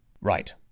Right